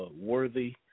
Worthy